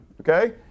Okay